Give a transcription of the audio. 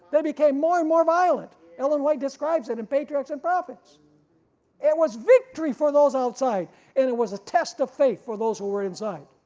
they became more and more violent. ellen white describes it in patriarchs and prophets it was victory for those outside and it was a test of faith for those who were inside,